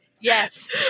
Yes